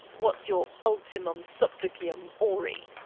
what's your ultimum supplicium auri?